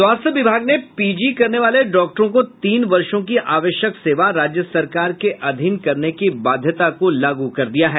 स्वास्थ्य विभाग ने पीजी करने वाले डॉक्टरों को तीन वर्षों की आवश्यक सेवा राज्य सरकार के अधीन करने की बाध्यता को लागू कर दिया है